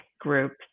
groups